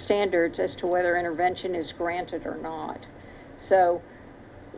standards as to whether intervention is granted or not